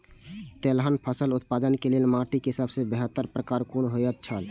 तेलहन फसल उत्पादन के लेल माटी के सबसे बेहतर प्रकार कुन होएत छल?